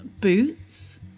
boots